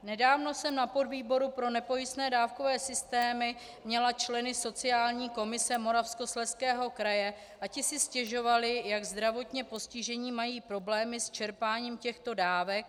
Nedávno jsem na podvýboru pro nepojistné dávkové systémy měla členy sociální komise Moravskoslezského kraje a ti si stěžovali, jak zdravotně postižení mají problémy s čerpáním těchto dávek.